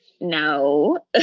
no